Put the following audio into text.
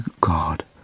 God